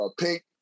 pink